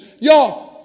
y'all